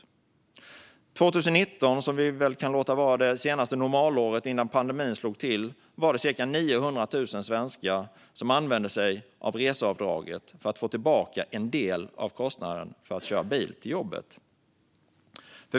År 2019, som vi väl kan låta vara det senaste normalåret innan pandemin slog till, var det cirka 900 000 svenskar som använde sig av reseavdraget för att få tillbaka en del av kostnaden för att köra bil till jobbet.